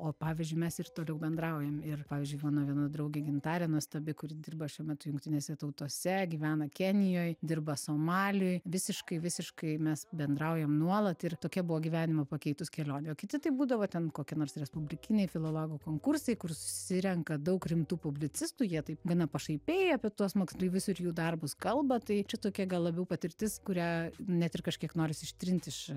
o pavyzdžiui mes ir toliau bendraujam ir pavyzdžiui mano viena draugė gintarė nuostabi kuri dirba šiuo metu jungtinėse tautose gyvena kenijoj dirba somaliui visiškai visiškai mes bendraujam nuolat ir tokia buvo gyvenimą pakeitus kelionė kiti tai būdavo ten kokie nors respublikiniai filologų konkursai kur susirenka daug rimtų publicistų jie taip gana pašaipiai apie tuos moksleivius ir jų darbus kalba tai čia tokia gal labiau patirtis kurią net ir kažkiek norisi ištrint iš